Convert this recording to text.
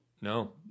No